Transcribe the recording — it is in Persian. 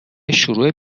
شروع